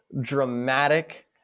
dramatic